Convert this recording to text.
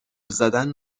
زدن